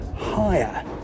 higher